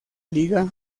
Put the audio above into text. liga